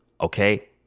okay